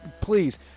Please